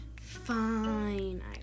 Fine